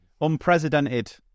unprecedented